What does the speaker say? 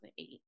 2008